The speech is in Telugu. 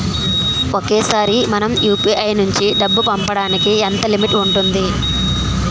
ఒకేసారి మనం యు.పి.ఐ నుంచి డబ్బు పంపడానికి ఎంత లిమిట్ ఉంటుంది?